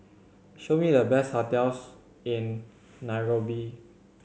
show me the best hotels in Nairobi